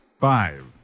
Five